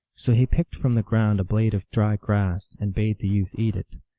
so he picked from the ground a blade of dry grass, and bade the youth eat it.